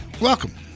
welcome